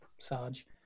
sarge